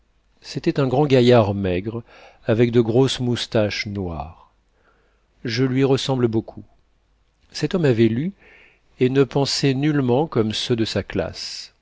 c'était un grand gaillard maigre avec de grosses moustaches noires je lui ressemble beaucoup cet homme avait lu et ne pensait nullement comme ceux de sa classe